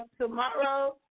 tomorrow